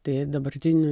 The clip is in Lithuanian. tai dabartinė